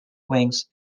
wings